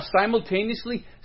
simultaneously